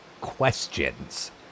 questions